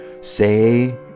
say